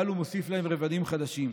אבל הוא מוסיף להם רבדים חדשים.